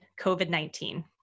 COVID-19